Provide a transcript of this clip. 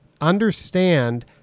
understand